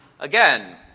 Again